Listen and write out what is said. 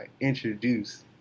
introduce